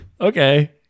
Okay